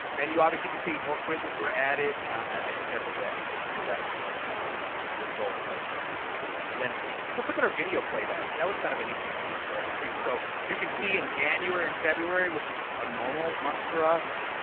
and you obviously can see more quizzes were added. i think that's a direct result of of moving to canvas. and then let's look at our video playback. that was kind of an interesting one for us, too. so you can see, in january and february, which was a normal month for us,